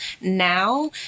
now